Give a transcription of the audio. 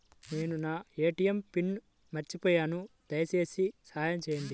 నేను నా ATM pin మర్చిపోయాను దయచేసి సహాయం చేయండి